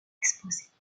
exposées